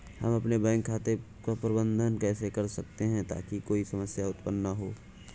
हम अपने बैंक खाते का प्रबंधन कैसे कर सकते हैं ताकि कोई समस्या उत्पन्न न हो?